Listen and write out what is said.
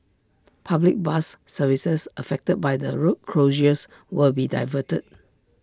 public bus services affected by the road closures will be diverted